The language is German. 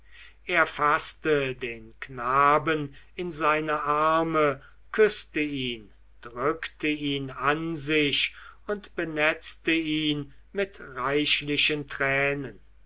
er faßte den knaben in seine arme küßte ihn drückte ihn an sich und benetzte ihn mit reichlichen tränen